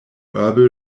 urban